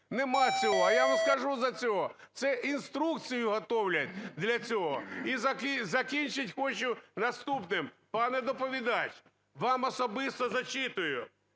Нема цього. А я вам скажу за це, це інструкцію готовлять для цього. І закінчити хочу наступним. Пане доповідач, вам особисто зачитую,